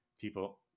People